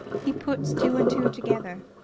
he puts two and two together.